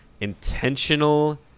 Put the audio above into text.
intentional